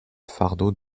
fardeau